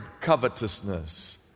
covetousness